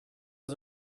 was